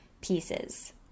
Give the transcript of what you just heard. pieces